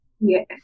Yes